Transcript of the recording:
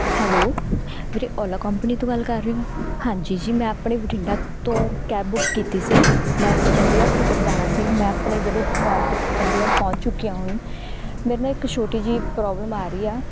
hello ਵੀਰੇ Ola company ਤੋਂ ਗੱਲ ਕਰ ਰਹੇ ਹੋ ਹਾਂਜੀ ਜੀ ਮੈਂ ਆਪਣੇ ਬਠਿੰਡਾ ਤੋਂ ਕੈਬ ਬੁੱਕ ਕੀਤੀ ਸੀ ਮੈਂ ਚੰਡੀਗੜ੍ਹ ਤੀਕਰ ਜਾਣਾ ਸੀ ਮੈਂ ਆਪਣੇ ਜਿਹੜੇ ਪੁਆਇੰਟ ਚੰਡੀਗੜ੍ਹ ਪਹੁੰਚ ਚੁੱਕੀ ਹਾਂ ਹੁਣ ਮੇਰੇ ਨਾ ਇੱਕ ਛੋਟੀ ਜਿਹੀ ਪ੍ਰੋਬਲਮ ਆ ਰਹੀ ਆ